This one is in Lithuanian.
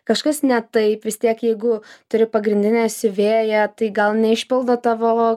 kažkas ne taip vis tiek jeigu turi pagrindinę siuvėją tai gal neišpildo tavo